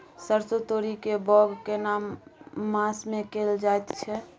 सरसो, तोरी के बौग केना मास में कैल जायत छै?